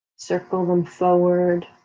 circle them forward.